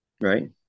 right